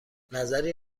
نظری